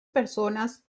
personas